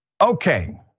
Okay